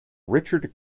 richard